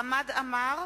חמד עמאר,